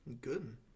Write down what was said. good